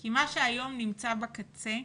כי מה שהיום נמצא בקצה,